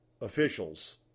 officials